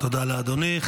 תודה לאדוני.